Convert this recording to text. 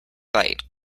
bite